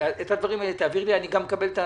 מקבל את ההצעה.